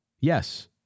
Yes